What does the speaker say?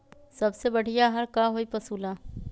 सबसे बढ़िया आहार का होई पशु ला?